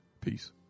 Peace